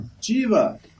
jiva